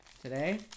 today